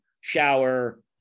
Shower